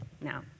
Now